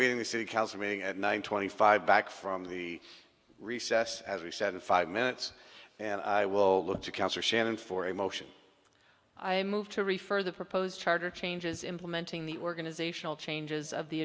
reconvene the city council meeting at nine twenty five back from the recess as we said in five minutes and i will look to counter shannon for emotion i moved to refer the proposed charter changes implementing the organizational changes of the